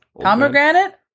Pomegranate